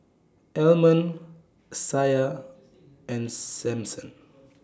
Almon Isiah and Samson